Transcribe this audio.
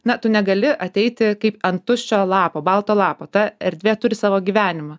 na tu negali ateiti kaip ant tuščio lapo balto lapo ta erdvė turi savo gyvenimą